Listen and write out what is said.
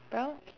bro